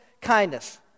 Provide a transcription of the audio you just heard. kindness